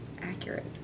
accurate